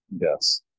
yes